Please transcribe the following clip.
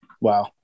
Wow